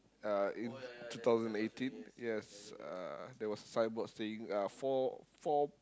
uh in two thousand eighteen yes uh there was a signboard saying uh four four